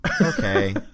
okay